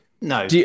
No